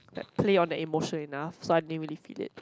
play on the emotion enough so I didn't really feel it